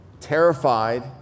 terrified